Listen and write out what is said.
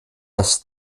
das